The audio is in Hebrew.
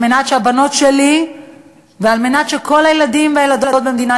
כדי שהבנות שלי וכל הילדים והילדות במדינת